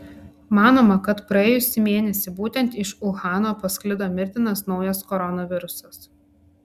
manoma kad praėjusį mėnesį būtent iš uhano pasklido mirtinas naujas koronavirusas